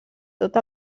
tot